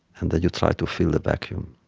and then you try to fill the vacuum.